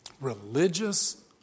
religious